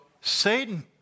Satan